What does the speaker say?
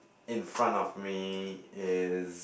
in front of me is